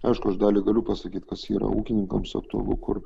aišku aš dalį galiu pasakyt kas yra ūkininkams aktualu kur